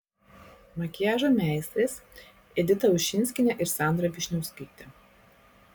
makiažo meistrės edita ušinskienė ir sandra vyšniauskaitė